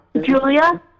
Julia